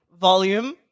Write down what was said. volume